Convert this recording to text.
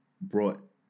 brought